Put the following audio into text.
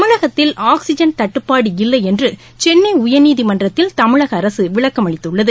தமிழகத்தில் ஆக்ஸிஜன் தட்டுப்பாடு இல்லையென்றுசென்னைஉயர்நீதிமன்றத்தில் தமிழகஅரசுவிளக்கம் அளித்துள்ளது